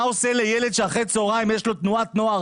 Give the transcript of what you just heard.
מה עושה לילד שאחרי צוהריים יש לו תנועת נוער